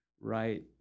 right